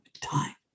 time